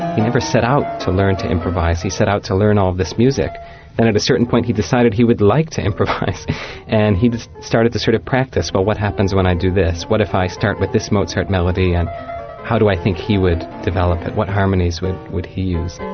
never set out to learn to improvise, he set out to learn all this music and at a certain point he decided he would like to improvise and he started to sort of practise well what happens when i do this, what if i start with this mozart melody and how do i think he would develop it, what harmonies would he use?